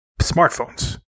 smartphones